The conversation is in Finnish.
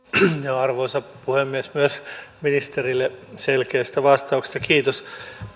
arvoisa puhemies ministerille selkeistä vastauksista kiitos